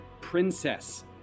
princess